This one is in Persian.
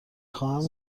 خواهم